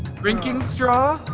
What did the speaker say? drinking straw?